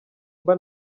mba